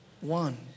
one